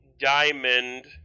diamond